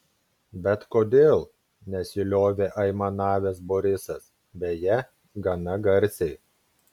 bet kodėl nesiliovė aimanavęs borisas beje gana garsiai